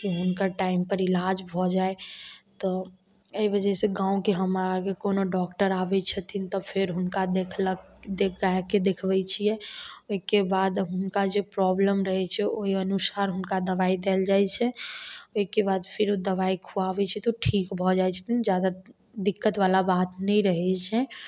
कि हुनकर टाइम पर इलाज भऽ जाइ तऽ एहि वजह से गाँवके हमरा आरके कोनो डॉक्टर आबै छथिन तऽ फेर हुनका देखलक गायके देखबै छियै ओइके बाद हुनका जे प्रोब्लेम रहै छै ओइ अनुसार हुनका दबाइ दैल जाइ छै ओइके बाद फेरो दबाइ खुआबै छियै तऽ ठीक भऽ जाइ छथिन ज्यादा दिक्कत बला बात नइ रहै छै